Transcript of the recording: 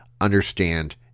understand